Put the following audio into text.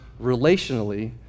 relationally